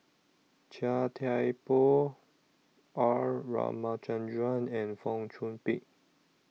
Chia Thye Poh R Ramachandran and Fong Chong Pik